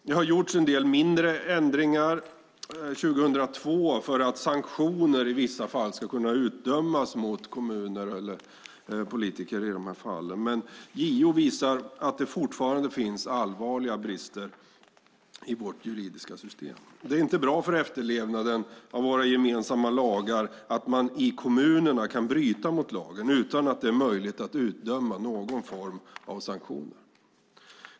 Det har gjorts en del mindre ändringar 2002 för att sanktioner i vissa fall ska kunna utdömas mot kommuner eller politiker, men JO visar att det fortfarande finns allvarliga brister i vårt juridiska system. Det är inte bra för efterlevnaden av våra gemensamma lagar att kommunerna kan bryta mot lagen utan att det är möjligt att utdöma någon form av sanktioner.